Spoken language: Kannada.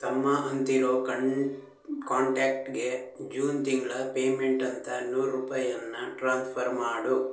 ತಮ್ಮ ಅಂತಿರೋ ಕಣ್ ಕಾಂಟ್ಯಾಕ್ಟ್ಗೆ ಜೂನ್ ತಿಂಗಳ ಪೇಮೆಂಟ್ ಅಂತ ನೂರು ರೂಪಾಯಿಯನ್ನ ಟ್ರಾನ್ಸ್ಫರ್ ಮಾಡು